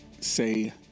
say